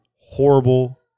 horrible